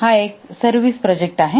हा एक service project आहे